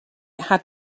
had